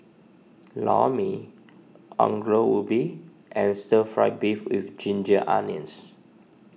Lor Mee Ongol Ubi and Stir Fry Beef with Ginger Onions